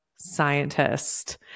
scientist